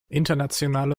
internationale